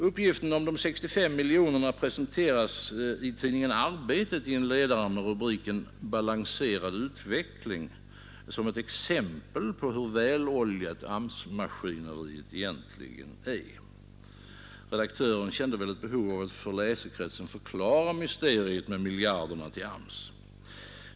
Uppgiften om de 65 miljonerna presenteras i tidningen Arbetet i en ledare med rubriken Balanserad utveckling som ett exempel på hur väloljat AMS-maskineriet egentligen fungerar. Redaktören kände väl ett behov att för läsekretsen förklara mysteriet med alla miljarderna till AMS.